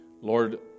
Lord